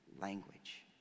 language